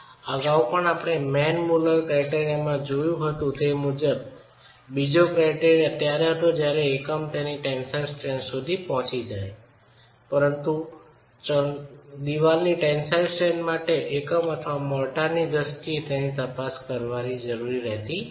અગાઉ આપણે મેન મુલર ક્રાયટેરિયામાં જોયું હતું તે મુજબ બીજો ક્રાયટેરિયા ત્યારે હતો જ્યારે એકમ તેની ટેન્સાઇલ સ્ટ્રેન્થ સુધી પહોંચી જાય પરંતુ ચણતરની ટેન્સાઇલ સ્ટ્રેન્થ માટે એકમ અથવા મોર્ટારની દ્રષ્ટિએ તેની તપાસ કરવાની જરૂર રહેતી નથી